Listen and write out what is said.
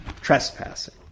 trespassing